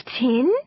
Tin